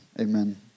amen